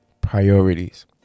priorities